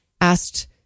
asked